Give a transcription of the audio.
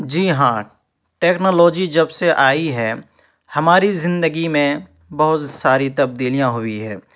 جی ہاں ٹیکنالوجی جب سے آئی ہے ہماری زندگی میں بہت ساری تبدیلیاں ہوئی ہیں